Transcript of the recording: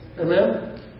Amen